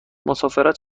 مسافرت